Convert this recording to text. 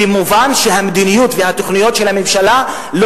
במובן שהמדיניות והתוכניות של הממשלה לא